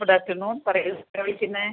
good afternoon പറയൂ ആരാണ് വിളിക്കുന്നത്